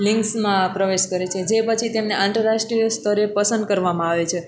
લિગ્સમાં પ્રવેશ કરે છે જે પછી તેમને આંતરરાષ્ટ્રિય સ્તરે પસંદ કરવામાં આવે છે